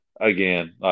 again